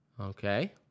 Okay